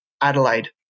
Adelaide